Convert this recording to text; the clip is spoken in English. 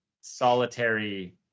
solitary